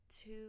Two